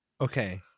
Okay